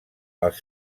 els